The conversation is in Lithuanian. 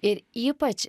ir ypač